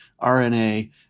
RNA